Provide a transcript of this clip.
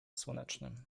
słonecznym